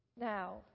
Now